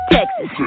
Texas